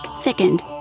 thickened